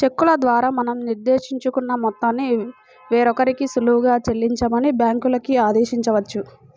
చెక్కుల ద్వారా మనం నిర్దేశించుకున్న మొత్తాన్ని వేరొకరికి సులువుగా చెల్లించమని బ్యాంకులకి ఆదేశించవచ్చు